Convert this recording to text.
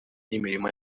n’imirimo